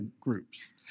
groups